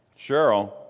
Cheryl